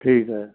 ਠੀਕ ਹੈ